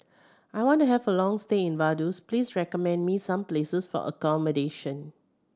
I want to have a long stay in Vaduz please recommend me some places for accommodation